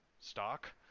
stock